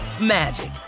magic